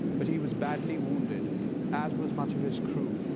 but he was badly wounded as was much of his crew.